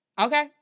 Okay